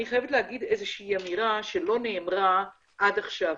אני חייבת להגיד אמירה שלא נאמרה עד עכשיו.